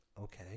Okay